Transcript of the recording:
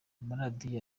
amaradiyo